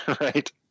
right